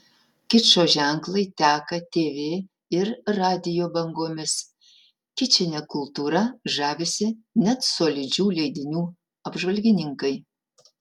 kičo ženklai teka tv ir radijo bangomis kičine kultūra žavisi net solidžių leidinių apžvalgininkai